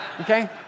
Okay